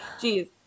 Jeez